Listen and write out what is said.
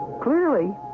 clearly